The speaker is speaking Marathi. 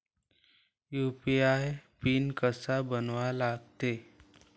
यू.पी.आय पिन कसा बनवा लागते?